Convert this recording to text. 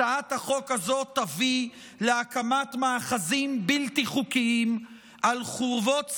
הצעת החוק הזאת תביא להקמת מאחזים בלתי חוקיים על חורבות שא-נור,